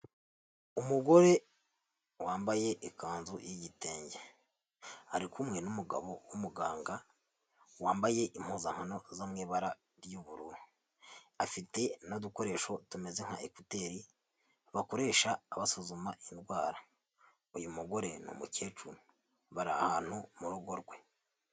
Umugore wambaye ikanzu y'igitenge ari kumwe n'umugabo w'umuganga wambaye impuzankano zo mu ibara ry'ubururu, afite n'udukoresho tumeze nka ekuteri bakoresha basuzuma indwara, uyu mugore ni umukecuru bari ahantu mu rugo rwe.